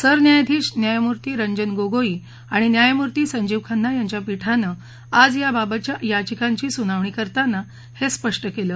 सरन्यायाधीश न्यायमूर्ती रंजन गोगोई आणि न्यायमूर्ती संजीव खन्ना यांच्या पीठानं आज याबाबतच्या याचिकांची सुनावणी करताना हे स्पष्ट केलं